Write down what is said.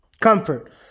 comfort